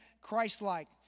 Christ-like